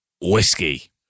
whiskey